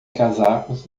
casacos